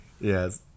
Yes